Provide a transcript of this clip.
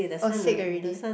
oh sick already